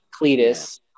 Cletus